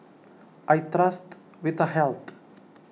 I trust Vitahealth